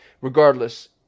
regardless